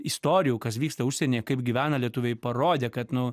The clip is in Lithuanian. istorijų kas vyksta užsienyje kaip gyvena lietuviai parodė kad nu